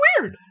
weird